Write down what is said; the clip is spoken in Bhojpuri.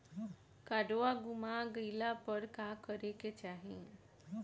काडवा गुमा गइला पर का करेके चाहीं?